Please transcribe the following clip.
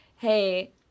hey